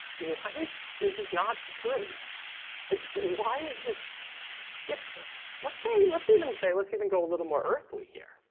why is this not true like why is this if let's say let's even say let's even go a little more earthly here